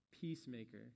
peacemaker